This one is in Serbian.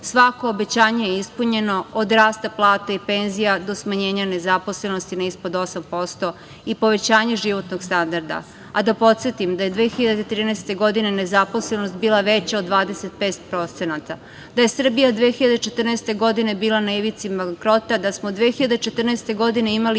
Svako obećanje je ispunjeno, od rasta plate i penzija do smanjenja nezaposlenosti na ispod 8% i povećanje životnog standarda. Da podsetim, da je 2013. godine nezaposlenost bila veća od 25%, da je Srbija 2014. godine bila na ivici bankrota, da smo 2014. godine imali